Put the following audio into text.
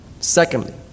Secondly